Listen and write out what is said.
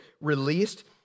released